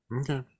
okay